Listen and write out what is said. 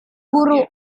guru